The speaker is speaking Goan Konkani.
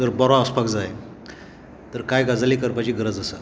जर बरो आसपाक जाय तर कांय गजाली करपाची गरज आसा